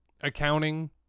accounting